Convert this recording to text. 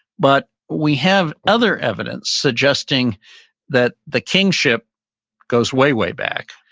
but we have other evidence suggesting that the kingship goes way, way back,